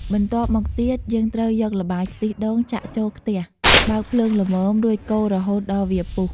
បន្ទាប់មកទៀត យើងត្រូវយកល្បាយខ្ទិះដូងចាក់ចូលខ្ទះ បើកភ្លើងល្មម រួចកូររហូតដល់វាពុះ។